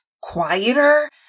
quieter